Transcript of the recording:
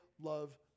Love